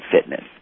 fitness